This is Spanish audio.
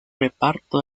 reparto